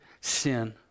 sin